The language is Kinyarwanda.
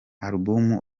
album